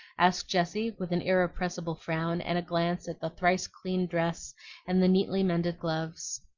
asked jessie, with an irrepressible frown and a glance at the thrice-cleaned dress and the neatly mended gloves.